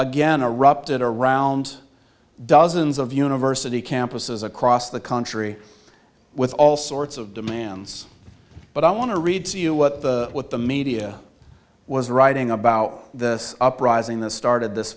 again erupted around dozens of university campuses across the country with all sorts of demands but i want to read to you what the what the media was writing about the uprising that started this